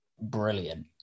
brilliant